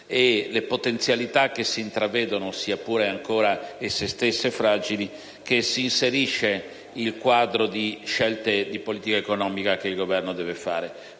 e le potenzialità che si intravedono, sia pure ancora esse stesse fragili, che si inserisce il quadro di scelte di politica economica che il Governo deve fare.